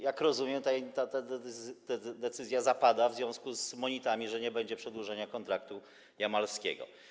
Jak rozumiem, ta decyzja zapada w związku z monitami, że nie będzie przedłużenia kontraktu jamalskiego.